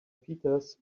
peters